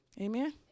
amen